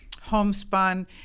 Homespun